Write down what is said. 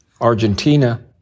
Argentina